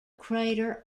crater